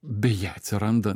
beje atsiranda